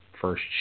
first